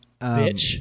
Bitch